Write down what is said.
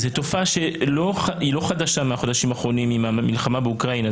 זו תופעה שהיא לא חדשה מהחודשים האחרונים עם המלחמה באוקראינה,